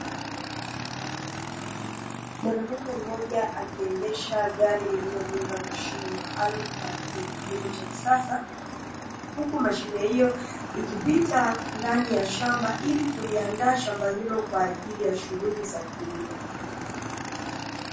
Mwanaume mmoja akiendesha gari lililobeba mashine maalumu kwa ajili ya kilimo cha kisasa, huku mashine hiyo ikipita ndani ya shamba ili kuliandaa shamba hilo kwa ajili ya shughuli za kilimo.